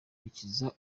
bikiza